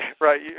right